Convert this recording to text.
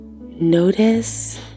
notice